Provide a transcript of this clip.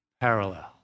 parallel